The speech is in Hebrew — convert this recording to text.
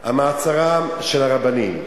דבר נוסף על מעצרם של הרבנים.